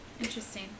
Interesting